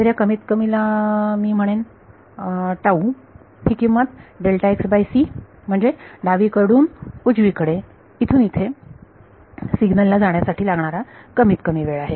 तर ह्या कमीत कमी ला मी म्हणेन टाऊ ही किंमत म्हणजे डावीकडून उजवीकडे इथून येथे सिग्नल ला जाण्यासाठी लागणारा कमीत कमी वेळ आहे